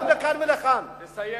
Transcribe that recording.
תסיים.